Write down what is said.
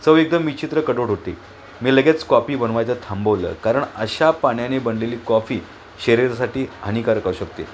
चव एकदम विचित्र कडवट होती मी लगेच कॉफी बनवायचं थांबवलं कारण अशा पाण्याने बनलेली कॉफी शरीरासाठी हानिकारक असू शकते